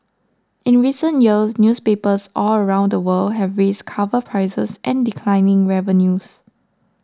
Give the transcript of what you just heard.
in recent years newspapers all around the world have raised cover prices amid declining revenues